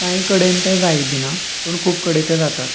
कांय कडेन तें जाय बी ना पूण खूब कडेन ते जातात